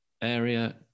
area